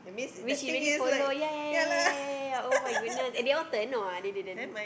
which she really follow ya ya ya ya ya ya ya ya [oh]-my-goodness and they all or what they didn't